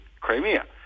Crimea